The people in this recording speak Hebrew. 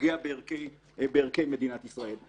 שפוגע בערכי מדינת ישראל.